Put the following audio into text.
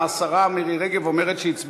השרה מירי רגב אומרת שהיא הצביעה,